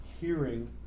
hearing